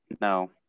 No